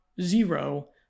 zero